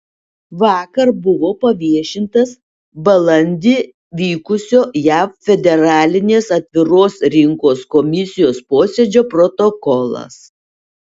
vakar buvo paviešintas balandį vykusio jav federalinės atviros rinkos komisijos posėdžio protokolas